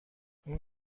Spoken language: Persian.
اون